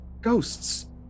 ghosts